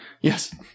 Yes